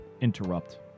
interrupt